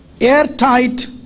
airtight